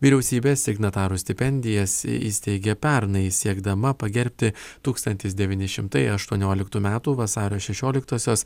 vyriausybė signatarų stipendijas įsteigė pernai siekdama pagerbti tūkstantis devyni šimtai aštuonioliktų metų vasario šešioliktosios